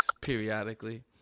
periodically